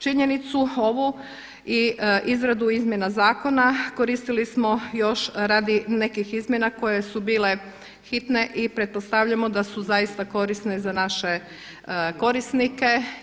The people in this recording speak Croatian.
Činjenicu ovu i izradu izmjena zakona koristili smo još radi nekih izmjena koje su bile hitne i pretpostavljamo da su zaista korisne za naše korisnike.